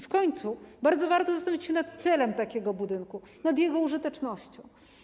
W końcu warto zastanowić się nad celem takiego budynku, nad jego użytecznością.